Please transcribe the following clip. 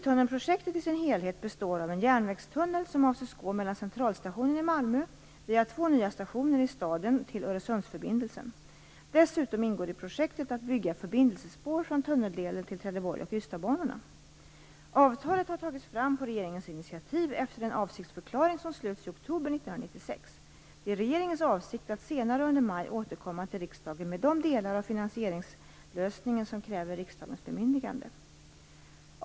Malmö via två nya stationer i staden till Öresundsförbindelsen. Dessutom ingår i projektet att bygga förbindelsespår från tunneldelen till Trelleborgs och Avtalet har tagits fram på regeringens initiativ efter en avsiktsförklaring som slöts i oktober 1996. Det är regeringens avsikt att senare under maj återkomma till riksdagen med de delar av finansieringslösningen som kräver riksdagens bemyndigande.